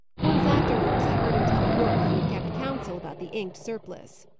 once afterwards i heard him tell yorke that he had kept counsel about the inked surplice.